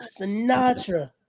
Sinatra